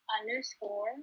underscore